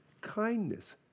kindness